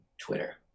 Twitter